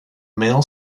mail